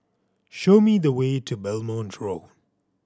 show me the way to Belmont Road